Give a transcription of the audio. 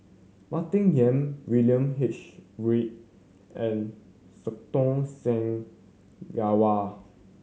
Martin Yan William H Read and Santokh Singh Grewal